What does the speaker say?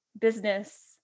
business